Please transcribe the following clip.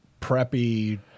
preppy